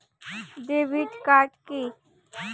Debit card key?